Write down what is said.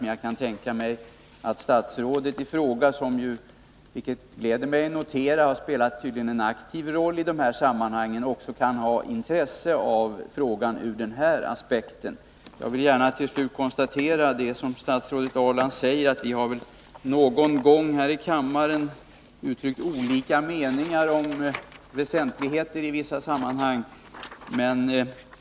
Men jag kan tänka mig att statsrådet i fråga som tydligen — vilket gläder mig — har spelat en aktiv roll i de här sammanhangen också kan ha ett intresse av frågan ur den här aspekten. Jag vill gärna till slut konstatera det som statsrådet Ahrland säger, att vi någon gång i kammaren har uttryckt olika meningar om vissa väsentligheter.